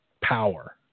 power